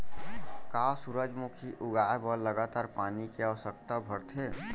का सूरजमुखी उगाए बर लगातार पानी के आवश्यकता भरथे?